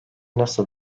nasıl